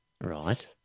Right